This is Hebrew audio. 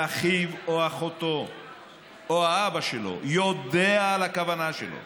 ואחיו או אחותו או האבא שלו, יודעים על הכוונה שלו